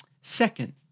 Second